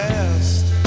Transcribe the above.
past